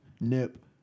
nip